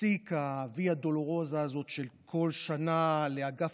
תפסיק הוויה דולורוזה הזאת של כל שנה לאגף